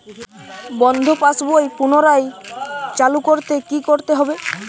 বন্ধ পাশ বই পুনরায় চালু করতে কি করতে হবে?